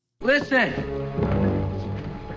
listen